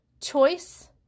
Choice